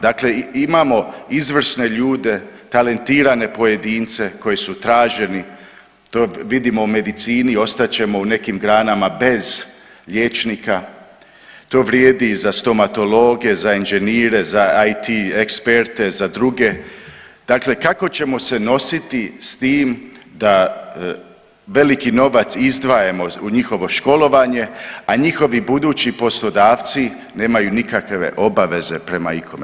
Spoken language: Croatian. Dakle imamo izvrsne ljude, talentirane pojedince koji su traženi, vidimo u medicini, ostat ćemo u nekim granama bez liječnika, to vrijedi i za stomatologe, za engineere, za IT eksperte, za druge, dakle kako ćemo se nositi s tim da veliki novac izdvajamo u njihovo školovanje, a njihovi budući poslodavci nemaju nikakve obaveze prema ikome?